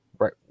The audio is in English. right